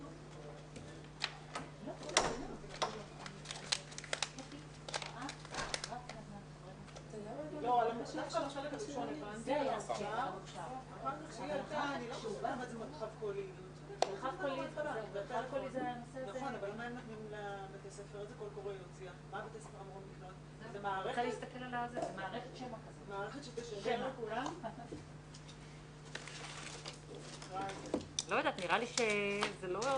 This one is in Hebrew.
15:31.